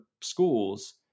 schools